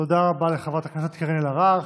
תודה רבה לחברת הכנסת קארין אלהרר.